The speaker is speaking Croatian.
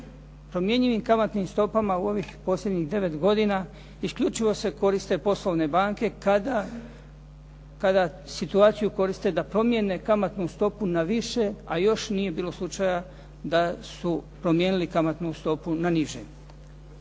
u ovih posljednjih 9 godina isključivo se koriste poslovne banke kada situaciju koriste da promijene kamatnu stopu na više, a još nije bilo slučajeva da su promijenili kamatnu stopu na niže.